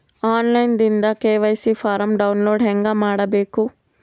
On line ದಿಂದ KYC form download ಹೇಂಗ ಮಾಡಬೇಕು?